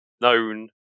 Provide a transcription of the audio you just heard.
known